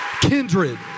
kindred